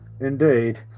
Indeed